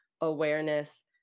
awareness